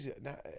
now